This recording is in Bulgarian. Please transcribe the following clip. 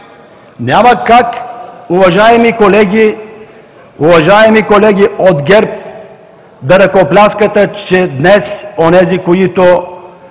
колеги, уважаеми колеги от ГЕРБ, да ръкопляскате, че днес онези, които